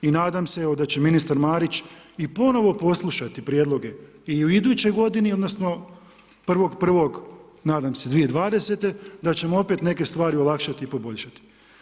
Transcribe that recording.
I nadam se evo da će ministar Marić i ponovo poslušati prijedloge i u idućoj godini odnosno 1.1. nadam se 2020. da ćemo opet neke stvari olakšati i poboljšati.